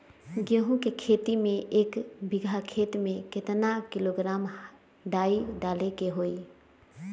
गेहूं के खेती में एक बीघा खेत में केतना किलोग्राम डाई डाले के होई?